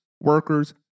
workers